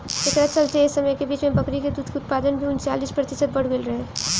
एकरा चलते एह समय के बीच में बकरी के दूध के उत्पादन भी उनचालीस प्रतिशत बड़ गईल रहे